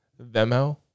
Vemo